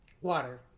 Water